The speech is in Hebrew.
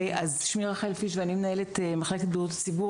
שמי רחל פיש ואני מנהלת מחלקת בריאות הציבור